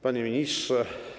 Panie Ministrze!